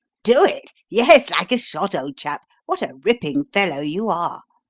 do it? yes, like a shot, old chap. what a ripping fellow you are!